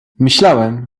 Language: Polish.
myślałem